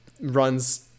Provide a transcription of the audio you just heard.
runs